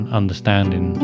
understanding